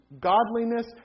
godliness